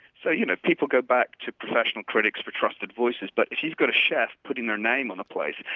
so you know people go back to professional critics for trusted voices, but if you've got a chef putting their name on a place,